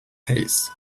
pace